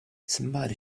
somebody